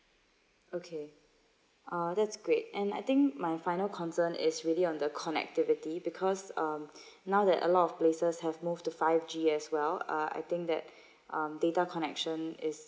okay uh that's great and I think my final concern is really on the connectivity because um now that a lot of places have move to five g as well uh I think that data connection is